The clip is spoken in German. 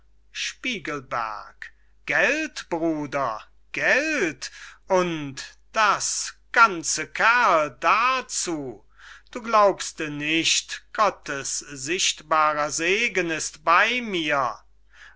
spiegelberg gelt bruder gelt und das ganze kerl darzu du glaubst nicht gottes sichtbarer seegen ist bey mir